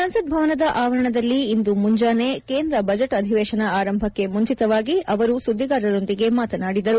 ಸಂಸತ್ ಭವನದ ಆವರಣದಲ್ಲಿ ಇಂದು ಮುಂಚಾನೆ ಕೇಂದ್ರ ಬಜೆಟ್ ಅಧಿವೇಶನ ಆರಂಭಕ್ಕೆ ಮುಂಚಿತವಾಗಿ ಅವರು ಸುದ್ದಿಗಾರರೊಂದಿಗೆ ಮಾತನಾಡಿದರು